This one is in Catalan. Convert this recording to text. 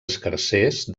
escarsers